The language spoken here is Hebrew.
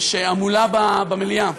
יש המולה במליאה,